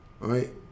Right